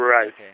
Right